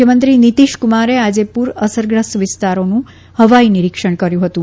મુખ્યમંત્રી નિતિશકુમારે આજે પૂરઅસરગ્રસ્ત વિસ્તારોનું હવાઇ નિરીક્ષણ કર્યું હતું